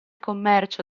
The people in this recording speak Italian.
commercio